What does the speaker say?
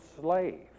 slave